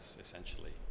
essentially